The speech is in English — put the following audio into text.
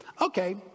Okay